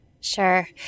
Sure